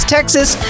Texas